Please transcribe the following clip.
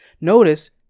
Notice